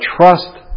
trust